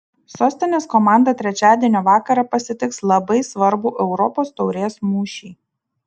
sostinės komanda trečiadienio vakarą pasitiks labai svarbų europos taurės mūšį